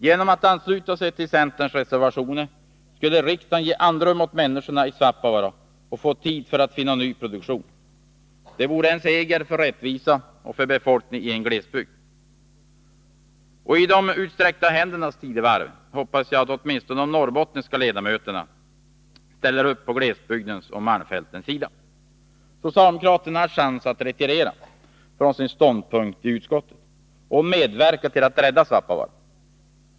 Genom att ansluta sig till centerns reservationer skulle riksdagen ge andrum åt människorna i Svappavaara och få tid för att finna ny produktion. Det vore en seger för rättvisan och för befolkningen i en glesbygd. I de utsträckta händernas tidevarv hoppas jag att åtminstone de norrbottniska ledamöterna ställer sig på glesbygdens och malmfältens sida. Socialdemokraterna har chans att retirera från sin ståndpunkt i utskottet och medverka till att rädda Svappavaara.